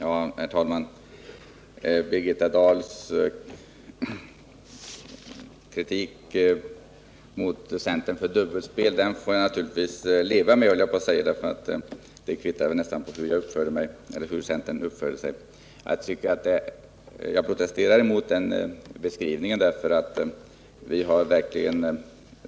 Herr talman! Birgitta Dahls kritik mot centern för dubbelspel får jag naturligtvis leva med. Men jag protesterar mot Birgitta Dahls beskrivning.